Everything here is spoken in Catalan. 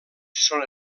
són